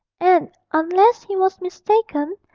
and, unless he was mistaken,